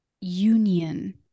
union